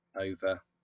over